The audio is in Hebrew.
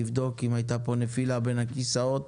לבדוק אם הייתה פה נפילה בין הכיסאות,